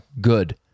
good